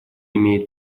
имеет